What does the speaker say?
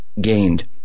gained